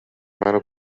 منو